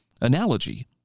analogy